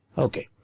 ok,